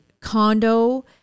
condo